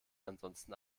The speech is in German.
ansonsten